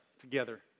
together